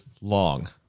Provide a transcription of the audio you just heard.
long